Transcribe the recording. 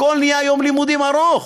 הכול נהיה יום לימודים ארוך.